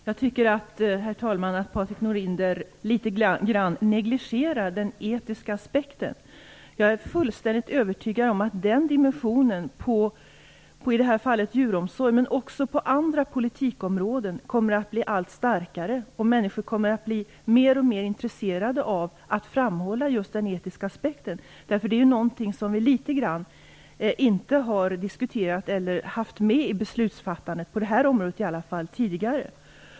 Herr talman! Jag tycker att Patrik Norinder litet grand negligerar den etiska aspekten. Jag är fullständigt övertygad om att den dimensionen på djuromsorg, men också på andra politikområden, kommer att bli allt starkare. Människor kommer att bli mer och mer intresserade av att framhålla just den etiska aspekten. Detta är någonting som inte har diskuterats eller som har funnits med i beslutsfattandet tidigare åtminstone på det här området.